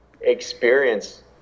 experience